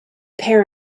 pair